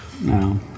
No